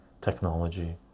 technology